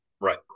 Right